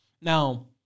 now